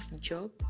job